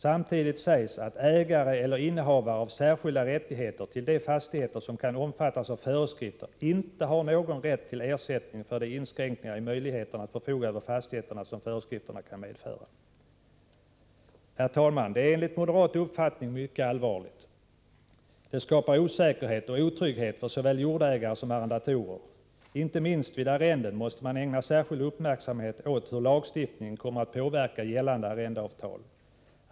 Samtidigt sägs att ägare eller innehavare av särskilda rättigheter till de fastigheter som kan omfattas av föreskrifter inte har någon rätt till ersättning för de inskränkningar i möjligheterna att förfoga över fastigheterna som föreskrifterna kan medföra. Herr talman! Detta är enligt moderat uppfattning mycket allvarligt. Det skapar osäkerhet och otrygghet för såväl jordägare som arrendatorer. Inte minst vid arrenden måste man ägna särskild uppmärksamhet åt hur lagstiftningen kommer att påverka gällande avtal.